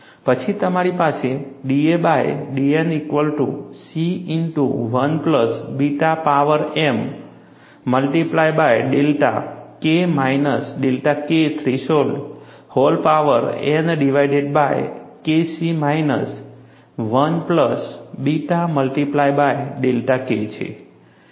પછી તમારી પાસે da by dN equal to C into 1 plus beta power m multiply by delta K minus delta K threshold whole power n divided by KC minus 1 plus beta multiply by delta K છે